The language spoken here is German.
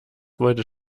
wollte